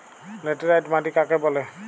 Laterite মাটি কাকে বলে?